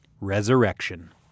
resurrection